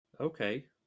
Okay